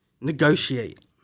negotiate